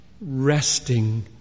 resting